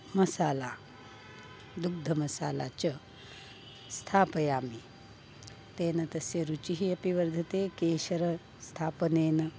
मसाला दुग्धमसाला च स्थापयामि तेन तस्य रुचिः अपि वर्धते केशरस्थापनेन